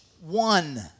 one